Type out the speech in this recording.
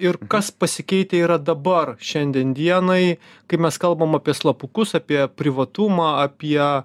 ir kas pasikeitę yra dabar šiandien dienai kai mes kalbam apie slapukus apie privatumą apie